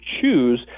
choose